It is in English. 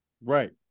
right